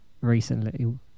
recently